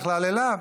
(חבר הכנסת יחיאל חיליק בר יוצא מאולם המליאה.)